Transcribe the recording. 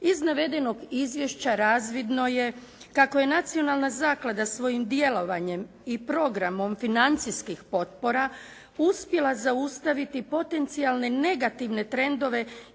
Iz navedenog izvješća razvidno je kako je Nacionalna zaklada svojim djelovanjem i programom financijskih potpora uspjela zaustaviti potencijalne negativne trendove